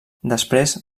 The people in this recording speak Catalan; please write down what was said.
després